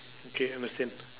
K understand